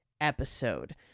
episode